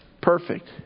perfect